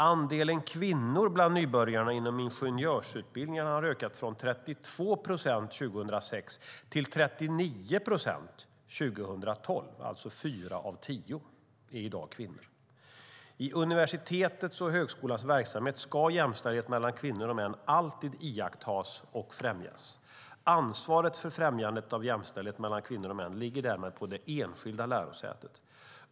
Andelen kvinnor bland nybörjarna inom ingenjörsutbildningarna har ökat från 32 procent höstterminen 2006 till 39 procent höstterminen 2012. Fyra av tio är i dag kvinnor. I universitetets och högskolans verksamhet ska jämställdhet mellan kvinnor och män alltid iakttas och främjas. Ansvaret för främjandet av jämställdhet mellan kvinnor och män ligger därmed på det enskilda lärosätet.